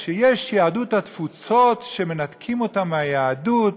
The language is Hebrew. יש יהדות התפוצות שמנתקים אותה מהיהדות,